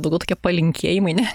daugiau tokie palinkėjimai ne